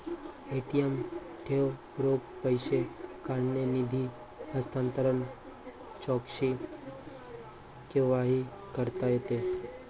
ATM ठेव, रोख पैसे काढणे, निधी हस्तांतरण, चौकशी केव्हाही करता येते